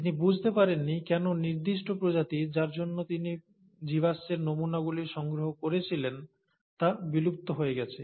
তিনি বুঝতে পারেননি কেন নির্দিষ্ট প্রজাতি যার জন্য তিনি জীবাশ্মের নমুনাগুলি সংগ্রহ করেছিলেন তা বিলুপ্ত হয়ে গেছে